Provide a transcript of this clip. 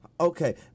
Okay